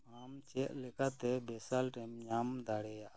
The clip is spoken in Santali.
ᱟᱢ ᱪᱮᱫ ᱞᱮᱠᱟᱛᱮ ᱵᱮᱥᱟᱞᱴ ᱮᱢ ᱧᱟᱢ ᱫᱟᱲᱮᱭᱟᱜᱼᱟ